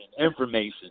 information